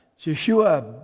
Yeshua